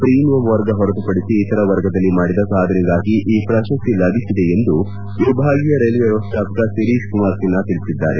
premium ವರ್ಗ ಹೊರತುಪಡಿಸಿ ಇತರ ವರ್ಗದಲ್ಲಿ ಮಾಡಿದ ಸಾಧನೆಗಾಗಿ ಈ ಪ್ರಶಸ್ತಿ ಲಭಿಸಿದೆ ಎಂದು ವಿಭಾಗೀಯ ರೈಲ್ವೆ ವ್ಯವಸ್ಥಾಪಕ ಶಿರಿಷ್ ಕುಮಾರ್ ಸಿನ್ಹಾ ತಿಳಿಸಿದ್ದಾರೆ